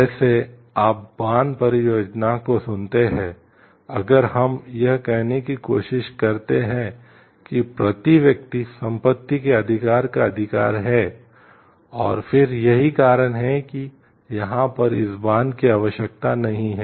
जैसे आप बांध परियोजना को सुनते हैं अगर हम यह कहने की कोशिश करते हैं कि प्रति व्यक्ति संपत्ति के अधिकार का अधिकार है और फिर यही कारण है कि यहाँ पर इस बांध की आवश्यकता नहीं है